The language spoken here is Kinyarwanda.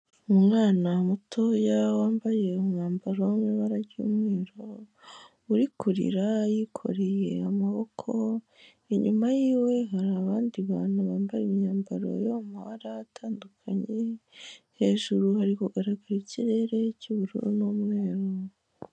Umwana mutoya wambaye umwambaro w'ibara ry'umweru, uri kurira yikoreye amaboko. Inyuma yiwe hari abandi bantu bambaye imyambaro y'amabara atandukanye, hejuru hari kugaragara ikirere cy'ubururu n'umweru.